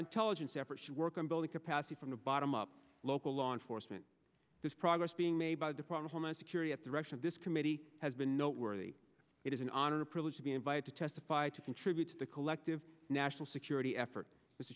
intelligence efforts should work on building capacity from the bottom up local law enforcement this progress being made by the problem of security at the russian this committee has been noteworthy it is an honor a privilege to be invited to testify to contribute to the collective national security effort